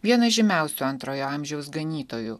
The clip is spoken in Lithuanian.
vieną žymiausių antrojo amžiaus ganytojų